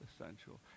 essential